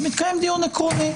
אז מתקיים דיון עקרוני.